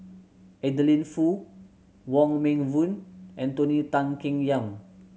Adeline Foo Wong Meng Voon and Tony Tan Keng Yam